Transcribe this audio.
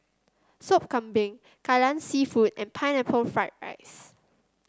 Sop Kambing Kai Lan seafood and Pineapple Fried Rice